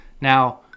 now